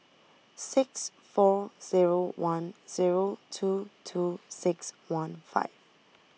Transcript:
six four zero one zero two two six one five